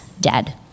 dead